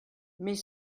mais